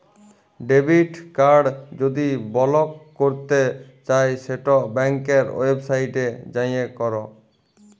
debit card যদি block ক্যরতে চাই সেট ব্যাংকের ওয়েবসাইটে যাঁয়ে ক্যর